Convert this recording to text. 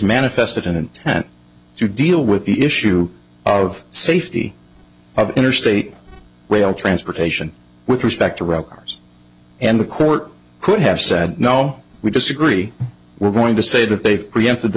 manifested an intent to deal with the issue of safety of interstate rail transportation with respect to robbers and the court could have said no we disagree we're going to say that they've reacted the